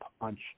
punch